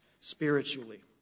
spiritually